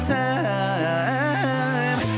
time